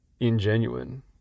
ingenuine